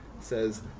says